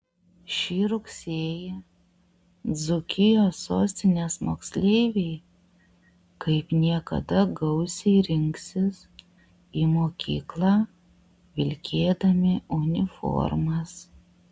šį rugsėjį dzūkijos sostinės moksleiviai kaip niekada gausiai rinksis į mokyklą vilkėdami uniformas